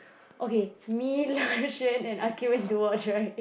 okay me Le-Chuan and Akeel went to watch right